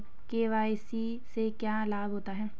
KYC से क्या लाभ होता है?